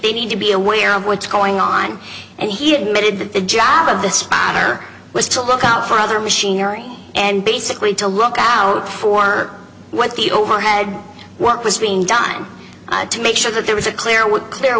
they need to be aware of what's going on and he admitted that the job of the spotter was to look out for other machinery and basically to look out for what the overhead work was being done to make sure that there was a clear